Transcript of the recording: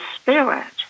spirit